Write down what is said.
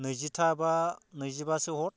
नैजिथाबा नैजिबासो हर